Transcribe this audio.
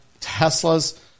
Teslas